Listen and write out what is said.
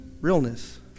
realness